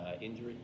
injury